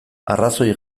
arrazoi